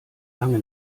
lange